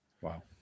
Wow